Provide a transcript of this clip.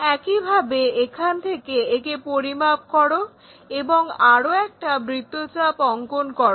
একইভাবে এখান থেকে একে পরিমাপ করো এবং আরও একটি বৃত্ত চাপ অঙ্কন করো